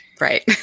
Right